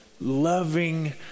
loving